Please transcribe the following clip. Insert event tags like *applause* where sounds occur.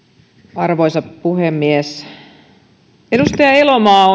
arvoisa puhemies edustaja elomaa *unintelligible*